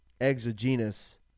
exogenous